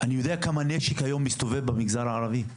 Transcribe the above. אני יודע כמה נשק מסתובב היום במגזר הערבי.